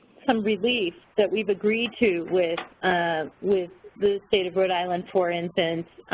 some relief that we've agreed to with with the state of rhode island, for instance,